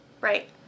right